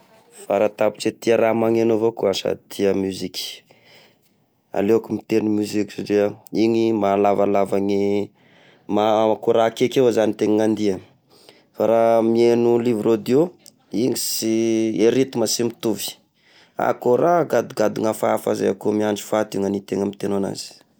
Faratapitry tia raha magneno avao koa zao sady tia musique, aleoko mitegno musique satria igny maha lavalava ny ma- ko raha akaiky eo izany tegna ny andiha, fa raha miheno livre audio igny sy a rythme sy mitovy, ah ko raha gadogadona hafahafa izay koa mihandry faty ny any tegna mitegno agnazy.